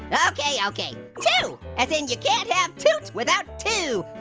okay, okay, two, as in you can't have toots without two.